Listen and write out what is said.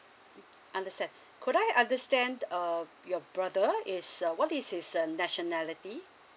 understand could I understand uh your brother is uh what is his uh nationality